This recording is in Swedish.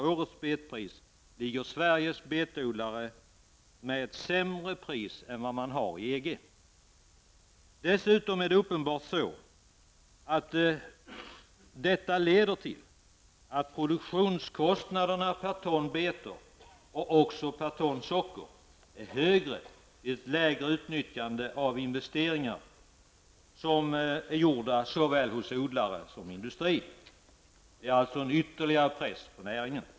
Årets betpris är för Sveriges betodlare sämre än det man har i EG. Dessutom leder detta uppenbart till att produktionskostnaderna per ton betor och även per ton socker är högre vid ett lägre utnyttjande av investeringar som gjorts såväl hos odlare som industri. Det är ytterligare en press på näringen.